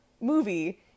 movie